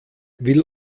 will